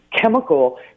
chemical